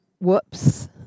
whoops